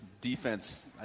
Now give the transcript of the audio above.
defense